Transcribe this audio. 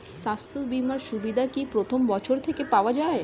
স্বাস্থ্য বীমার সুবিধা কি প্রথম বছর থেকে পাওয়া যায়?